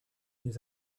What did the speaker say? les